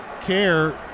care